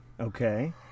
Okay